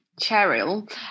Cheryl